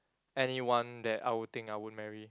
anyone that I would think I would marry